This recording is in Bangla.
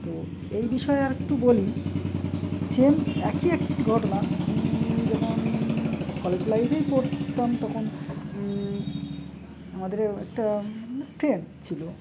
তো এই বিষয়ে আর একটু বলি সেম একই একই ঘটনা আমি যখন কলেজ লাইফেই পড়তাম তখন আমাদের একটা ফ্রেন্ড ছিল